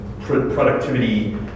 productivity